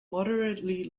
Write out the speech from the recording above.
moderately